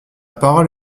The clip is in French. parole